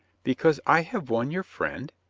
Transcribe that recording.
because i have won your friend?